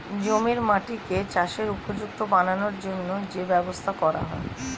জমির মাটিকে চাষের উপযুক্ত বানানোর জন্যে যে ব্যবস্থা করা হয়